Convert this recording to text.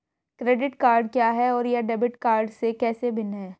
Credit card क्या है और यह डेबिट कार्ड से कैसे भिन्न है?